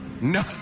No